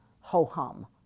ho-hum